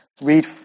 Read